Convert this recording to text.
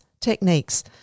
techniques